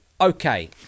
Okay